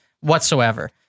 whatsoever